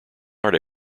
art